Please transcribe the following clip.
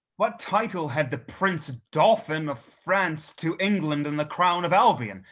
what title had the prince dauphin of france to england and the crown of albion,